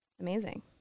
amazing